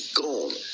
gone